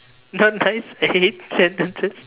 not nice eight sentences